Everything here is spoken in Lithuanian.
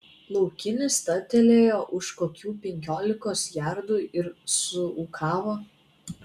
laukinis stabtelėjo už kokių penkiolikos jardų ir suūkavo